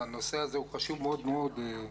הנושא הזה הוא חשוב מאוד מאוד.